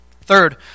Third